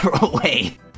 away